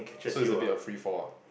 so it's a bit of free fall ah